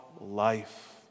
life